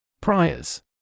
Priors